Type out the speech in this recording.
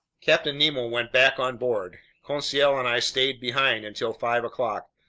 captain nemo went back on board. conseil and i stayed behind until five o'clock,